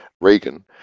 Reagan